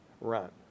run